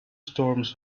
storms